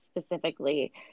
specifically